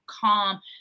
calm